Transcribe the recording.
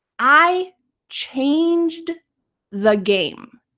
i changed the game.